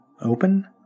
open